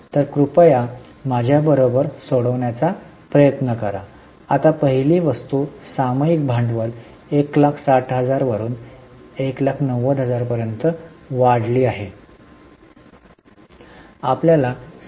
तर कृपया माझ्याबरोबर सोडवण्याचा प्रयत्न करा आता पहिली वस्तू सामायिक भांडवल 160000 वरून 190000 पर्यंत वाढली आहे